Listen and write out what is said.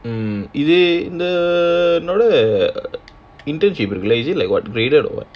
mm இது:ithu is it the உன்னோட:unnoda the internship இருக்கு ல:irukku la is like what graded or what